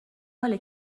مال